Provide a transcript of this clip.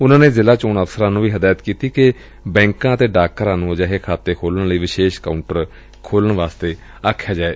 ਉਨੂਾਂ ਨੇ ਜ਼ਿਲੂਾ ਚੋਣ ਅਫ਼ਸਰਾਂ ਨੂੰ ਵੀ ਹਦਾਇਤ ਕੀਤੀ ਏ ਕਿ ਬੈਂਕਾਂ ਅਤੇ ਡਾਕਘਰਾਂ ਨੂੰ ਅਜਿਹੇ ਖਾਤੇ ਖੋਲੂਣ ਲਈ ਵਿਸੇਸ਼ ਕਾਉਂਟਰ ਖੋਲੁਣ ਲਈ ਕਿਹਾ ਜਾਏ